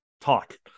talk